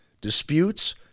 disputes